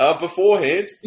beforehand